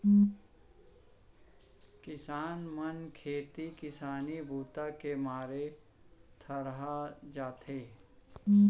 किसान मन खेती किसानी बूता के मारे थरहा जाथे